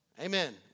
Amen